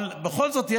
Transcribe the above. בכל זאת,